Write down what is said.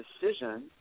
decision